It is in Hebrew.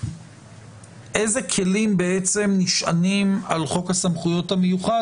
איזה כלים בעצם נשענים על חוק הסמכויות המיוחד